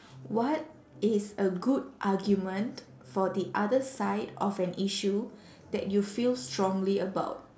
what is a good argument for the other side of an issue that you feel strongly about